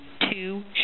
two